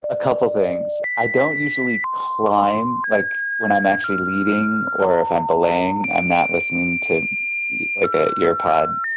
a couple things. i don't usually climb, like when i'm actually leading or if i'm belaying, i'm not listening to like ah an ear pod.